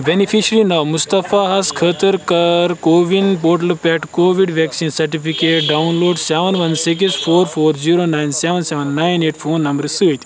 beneficiary ناو مُصطفیٰ ہَس خٲطرٕ کر کووِن پورٹل پٮ۪ٹھ Covid vaccine certificate download seven one six four four zero nine seven seven nine eight phone نمبرٕ سۭتۍ